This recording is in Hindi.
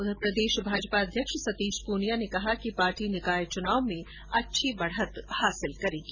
उधर प्रदेश भाजपा अध्यक्ष सतीश पूनिया ने कहा कि पार्टी निकाय चुनाव में अच्छी बढ़त हासिल करेगी